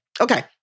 Okay